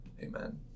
Amen